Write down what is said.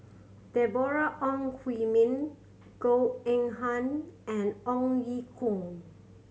Deborah Ong Hui Min Goh Eng Han and Ong Ye Kung